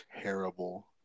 terrible